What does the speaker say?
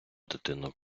дитину